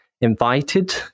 invited